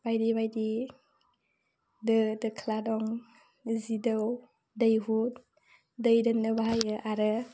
बायदि बायदि दो दोख्ला दं जिदौ दैहु दै दोननो बाहायो आरो